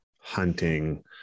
hunting